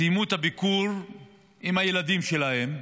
סיימו את הביקור עם הילדים שלהם.